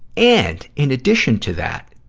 and, in addition to that,